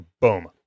boom